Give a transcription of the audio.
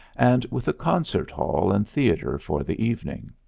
and with a concert hall and theater for the evening.